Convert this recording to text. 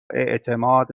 اعتماد